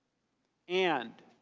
and,